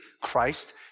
Christ